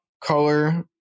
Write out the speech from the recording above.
color